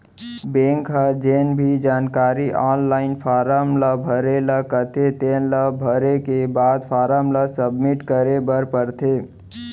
bank ह जेन भी जानकारी आनलाइन फारम ल भरे ल कथे तेन ल भरे के बाद फारम ल सबमिट करे बर परथे